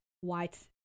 white